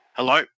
Hello